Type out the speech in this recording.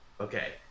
Okay